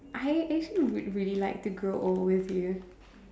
I actually real really like to grow old with you